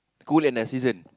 cool in their season